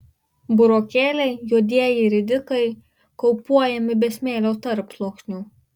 burokėliai juodieji ridikai kaupuojami be smėlio tarpsluoksnių